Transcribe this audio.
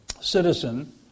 citizen